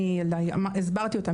הסברתי אותם.